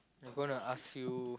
I'm gonna ask you